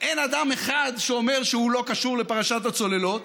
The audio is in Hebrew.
אין אדם אחד שאומר שהוא לא קשור לפרשת הצוללות.